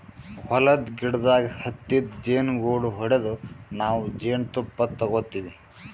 ಹೊಲದ್ದ್ ಗಿಡದಾಗ್ ಹತ್ತಿದ್ ಜೇನುಗೂಡು ಹೊಡದು ನಾವ್ ಜೇನ್ತುಪ್ಪ ತಗೋತಿವ್